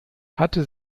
hatte